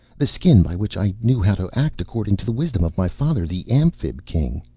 the skin by which i knew how to act according to the wisdom of my father, the amphib king.